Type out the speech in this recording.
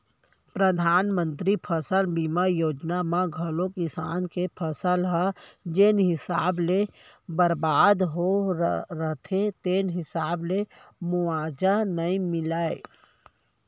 परधानमंतरी फसल बीमा योजना म घलौ किसान के फसल ह जेन हिसाब ले बरबाद होय रथे तेन हिसाब ले मुवावजा नइ मिलय